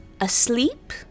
Asleep